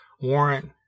Warrant